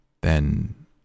Then